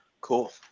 Cool